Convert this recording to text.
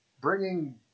bringing